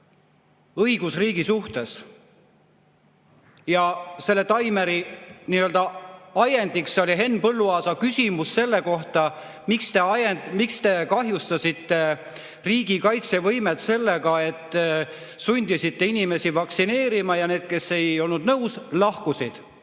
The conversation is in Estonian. õigusriigi suhtes. Selle taimeri nii-öelda ajendiks oli Henn Põlluaasa küsimus selle kohta, miks te kahjustasite riigi kaitsevõimet sellega, et sundisite inimesi vaktsineerima, ja need, kes ei olnud nõus, lahkusid.